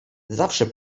zawsze